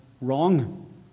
wrong